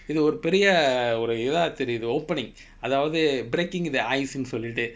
இது ஒரு பெரிய ஒரு இதா தெரியுது:ithu oru periya oru ithaa teriyutu opening அதாவது:ataavadhu breaking the ice ன்னு சொல்லிட்டு:nnu sollittu